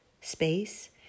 space